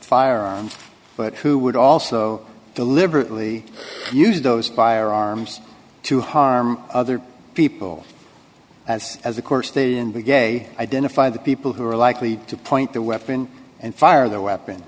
firearms but who would also deliberately use those firearms to harm other people as as of course they in big a identify the people who are likely to point the weapon and fire their weapon